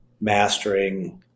mastering